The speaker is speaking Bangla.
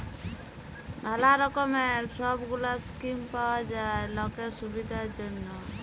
ম্যালা রকমের সব গুলা স্কিম পাওয়া যায় লকের সুবিধার জনহ